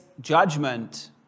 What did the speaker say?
Judgment